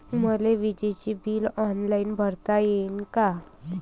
मले विजेच bill online भरता येईन का?